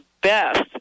best